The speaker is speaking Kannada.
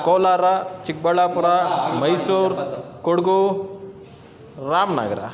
ಕೋಲಾರ ಚಿಕ್ಕಬಳ್ಳಾಪುರ ಮೈಸೂರು ಕೊಡಗು ರಾಮನಗರ